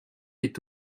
est